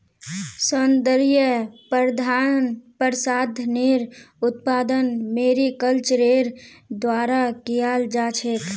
सौन्दर्य प्रसाधनेर उत्पादन मैरीकल्चरेर द्वारा कियाल जा छेक